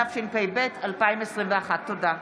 התשפ"ב 2021. תודה.